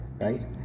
right